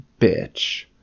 bitch